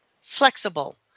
flexible